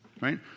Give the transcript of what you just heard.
Right